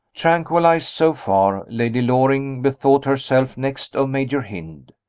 tranquilized so far, lady loring bethought herself next of major hynd.